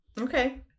Okay